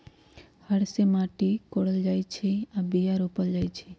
हर से माटि कोरल जाइ छै आऽ बीया रोप्ल जाइ छै